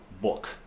book